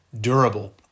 durable